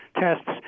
tests